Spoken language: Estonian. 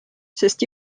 sest